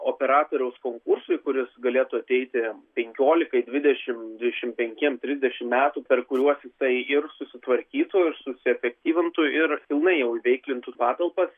operatoriaus konkursui kuris galėtų ateiti penkiolikai dvidešim dvišim penkiem trisdešim metų per kuriuos jisai ir susitvarkytų ir susiefektyvintų ir pilnai jau įveilointų patalpas